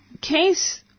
case